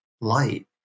light